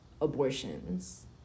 abortions